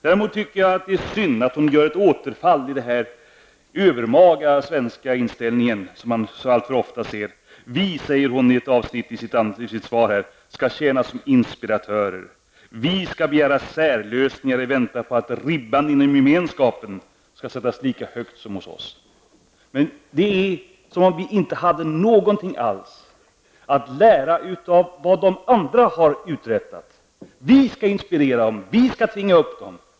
Däremot tycker jag att det är synd att hon återfaller i den övermaga svenska inställning som man alltför ofta möter. I ett avsnitt i sitt svar säger Anita Gradin att vi skall tjäna som inspiratörer. Vi skall begära särlösningar i väntan på att ribban mot gemenskapen skall sättas lika högt som hos oss. Det är som om vi inte hade någonting alls att lära av vad de andra har uträttat. Vi skall inspirera den, vi skall tvinga upp dem.